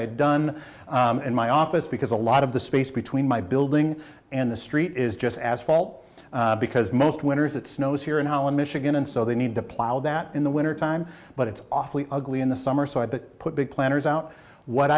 had done in my office because a lot of the space between my building and the street is just asphalt because most winters it snows here in holland michigan and so they need to plow that in the winter time but it's awfully ugly in the summer so i put big planners out what